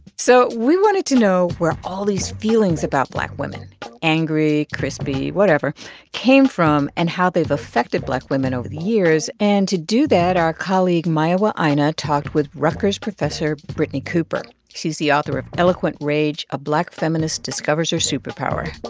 so we wanted to know where all these feelings about black women angry, crispy, whatever came from and how they've affected black women over the years. and to do that, our colleague mayowa aina talked with rutgers professor brittney cooper. she's the author of eloquent rage a black feminist discovers her superpower.